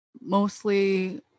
mostly